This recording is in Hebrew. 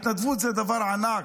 התנדבות זה דבר ענק.